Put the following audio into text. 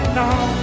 now